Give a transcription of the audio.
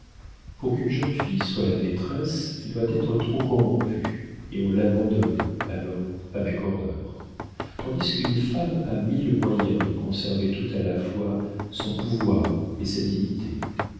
pour qu'une jeune fille soit la maîtresse elle doit être trop corrompue et on l'abandonne alors avec horreur tandis qu'une femme a mille moyens de conserver tout à la fois son pouvoir et sa dignité